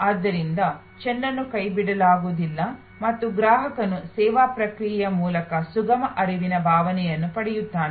ಆದ್ದರಿಂದ ಚೆಂಡನ್ನು ಕೈಬಿಡಲಾಗುವುದಿಲ್ಲ ಮತ್ತು ಗ್ರಾಹಕನು ಸೇವಾ ಪ್ರಕ್ರಿಯೆಯ ಮೂಲಕ ಸುಗಮ ಹರಿವಿನ ಭಾವನೆಯನ್ನು ಪಡೆಯುತ್ತಾನೆ